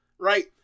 right